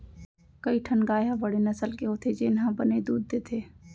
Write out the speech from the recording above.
कई ठन गाय ह बड़े नसल के होथे जेन ह बने दूद देथे